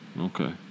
Okay